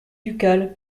ducal